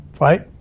right